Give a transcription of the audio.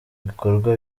bikorwa